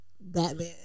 Batman